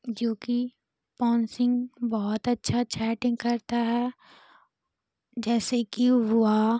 जो कि पवन सिंह बहुत अच्छा अच्छा ऐक्टिंग करता है जैसे कि हुआ